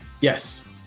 yes